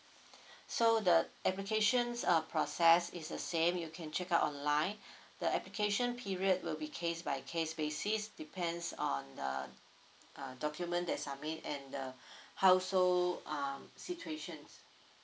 so the applications uh process is the same you can check out online the application period will be case by case basis depends on the uh document they submit and the household um situation